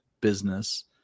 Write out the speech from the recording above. business